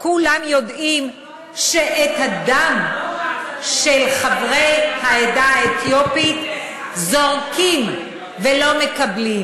כולם יודעים שאת הדם של חברי העדה האתיופית זורקים ולא מקבלים.